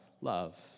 love